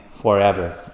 forever